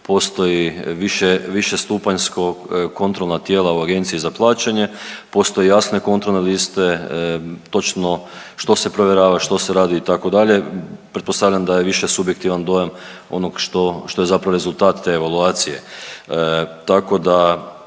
postoji više, više stupanjsko kontrolna tijela u Agenciji za plaćanje, postoje jasne kontrolne liste točno što se provjerava, što se radi itd., pretpostavljam da je više subjektivan dojam onog što, što je zapravo rezultat te evaluacije. Tako da